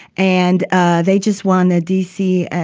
and ah they just won the d c. ah